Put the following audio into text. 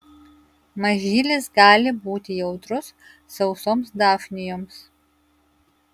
mažylis gali būti jautrus sausoms dafnijoms